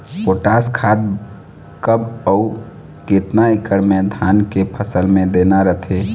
Potash खाद कब अऊ केतना एकड़ मे धान के फसल मे देना रथे?